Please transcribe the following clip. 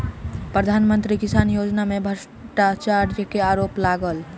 प्रधान मंत्री किसान योजना में भ्रष्टाचार के आरोप लागल